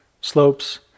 slopes